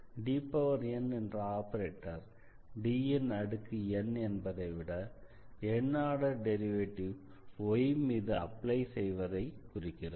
Dn என்ற operator D ன் அடுக்கு n என்பதை விட n ஆர்டர் டெரிவேட்டிவ் y மீது அப்ளை செய்வதை குறிக்கிறது